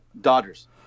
dodgers